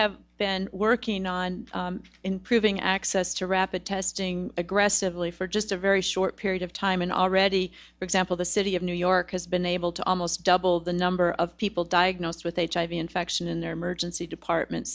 have been working on improving access to rapid testing aggressively for just a very short period of time and already for example the city of new york has been able to almost double the number of people diagnosed with hiv infection in their emergency department